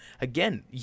Again